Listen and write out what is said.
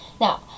now